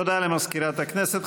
תודה למזכירת הכנסת.